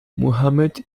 muhammad